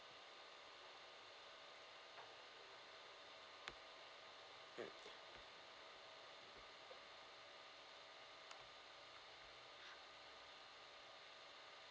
mm